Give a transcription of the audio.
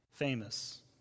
famous